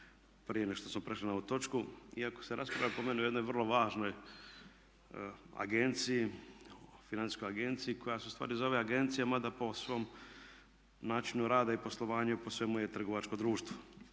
prije nego što smo prešli na ovu točku iako se raspravlja po meni o jednoj vrlo važnoj agenciji, Financijskoj agenciji koja se u stvari zove agencija mada po svom načinu rada i poslovanja i po svemu je trgovačko društvo.